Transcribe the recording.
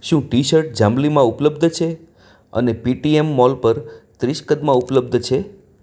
શું T shirt જાંબલીમાં ઉપલબ્ધ છે અને પેટીએમ મોલ પર ત્રીસ કદમાં ઉપલબ્ધ છે